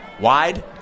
wide